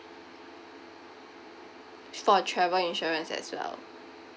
for travel insurance as well